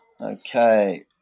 Okay